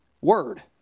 word